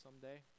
someday